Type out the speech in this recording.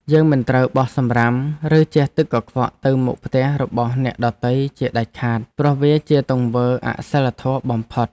យើងមិនត្រូវបោះសំរាមឬជះទឹកកខ្វក់ទៅមុខផ្ទះរបស់អ្នកដទៃជាដាច់ខាត ព្រោះវាជាទង្វើអសីលធម៌បំផុត។